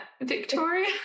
Victoria